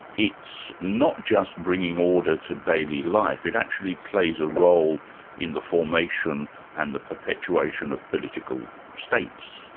it's not just bringing order to daily life, it actually plays a role in the formation and the perpetuation of political states.